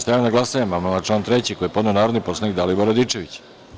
Stavljam na glasanje amandman na član 3. koji je podneo narodni poslanik Dalibor Radičević.